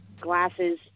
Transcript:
glasses